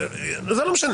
זה לא משנה.